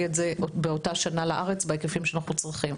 את זה באותה שנה לארץ בהיקפים שאנחנו צריכים.